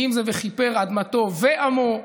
האם זה וכיפר אדמתו ועמו?